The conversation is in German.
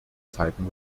zeiten